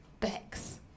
Bex